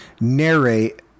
narrate